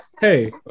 Hey